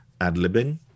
ad-libbing